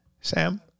Sam